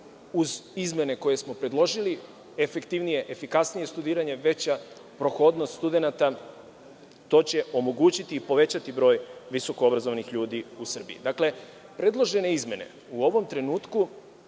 uz izmene koje smo predložili, efektivnije, efikasnije studiranje, veća prohodnost studenata, to će omogućiti i povećati broj visokoobrazovanih ljudi u Srbiji. Predložene izmene u ovom trenutku,